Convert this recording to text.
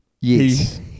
yes